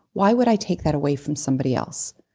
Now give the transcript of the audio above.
why would i take that away from somebody else?